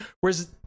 whereas